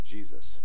Jesus